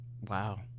wow